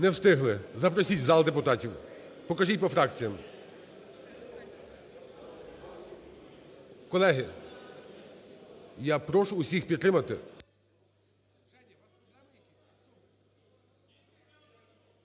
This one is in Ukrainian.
Не встигли. Запросіть в зал депутатів. Покажіть по фракціям. Колеги, я прошу всіх підтримати.